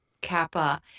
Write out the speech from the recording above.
kappa